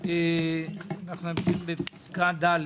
אנחנו נמשיך בפסקה (ד)